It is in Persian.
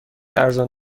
ارزان